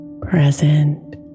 Present